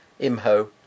Imho